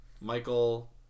Michael